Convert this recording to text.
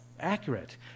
Accurate